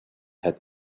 had